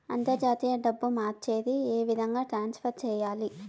అంతర్జాతీయ డబ్బు మార్చేది? ఏ విధంగా ట్రాన్స్ఫర్ సేయాలి?